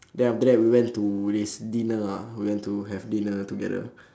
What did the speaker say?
then after that we went to this dinner ah we went to have dinner together